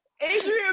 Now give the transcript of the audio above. Adrian